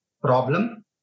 problem